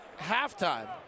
halftime